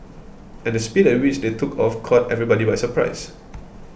and the speed at which they took off caught everybody by surprise